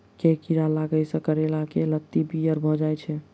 केँ कीड़ा लागै सऽ करैला केँ लत्ती पीयर भऽ जाय छै?